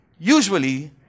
Usually